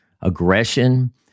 aggression